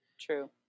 True